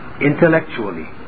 intellectually